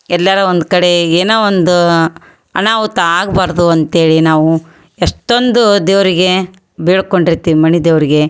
ಎಲ್ಲಾರ ಒಂದು ಕಡೆ ಏನೋ ಒಂದು ಅನಾಹುತ ಆಗಬಾರ್ದು ಅಂತೇಳಿ ನಾವು ಎಷ್ಟೊಂದು ದೇವ್ರಿಗೆ ಬೇಡ್ಕೊಂಡಿರ್ತೀವ್ ಮನೆ ದೇವರಿಗೆ